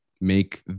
make